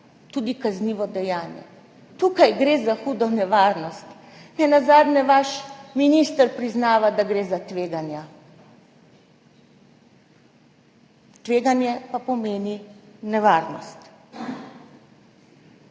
tudi kaznivo dejanje. Tukaj gre za hudo nevarnost. Nenazadnje vaš minister priznava, da gre za tveganja, tveganje pa pomeni nevarnost.